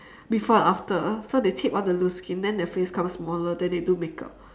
before and after so they tape all the loose skin then their face becomes smaller then they do makeup